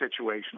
situational